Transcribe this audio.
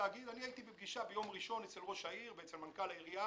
הייתי בפגישה ביום ראשון אצל ראש העירייה ואצל מנכ"ל העירייה